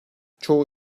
çoğu